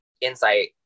insight